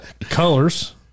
Colors